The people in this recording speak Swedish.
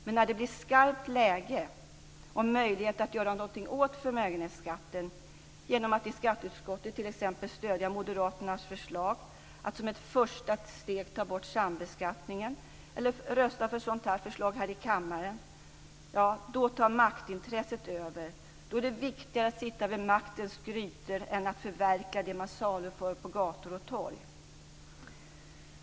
Men när det blir skarpt läge och möjlighet att göra någonting åt förmögenhetsskatten, genom att i skatteutskottet t.ex. stödja Moderaternas förslag att som ett första steg ta bort sambeskattningen eller rösta för ett sådant förslag här i kammaren, då tar maktintresset över. Då är det viktigare att sitta vid maktens grytor än att förverkliga det som man saluför på gator och torg.